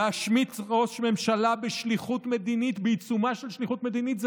להשמיץ ראש ממשלה בעיצומה של שליחות מדינית זה